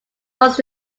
lost